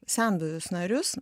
senbuvius narius